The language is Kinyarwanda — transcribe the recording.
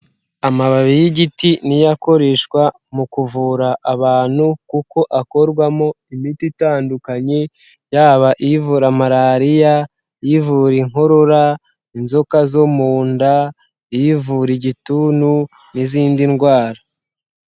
Amababi y'igiti niyo akoreshwa mu kuvura abantu kuko akorwamo imiti itandukanye, yaba ivura malariya, ivura inkorora, inzoka zo mu nda, ivura igituntu n'izindi ndwara.